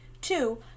Two